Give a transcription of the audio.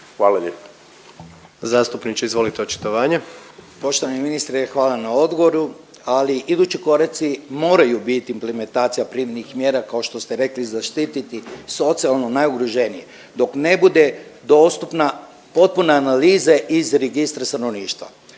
očitovanje. **Kajtazi, Veljko (Nezavisni)** Poštovani ministre hvala na odgovoru, ali idući koraci moraju biti implementacija privremenih mjera kao što ste rekli zaštiti socijalno najugroženije dok ne bude dostupna potpuna analiza iz Registra stanovništva.